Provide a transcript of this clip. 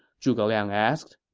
zhuge liang asked.